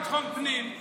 הפקרתם, זהו.